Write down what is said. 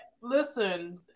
Listen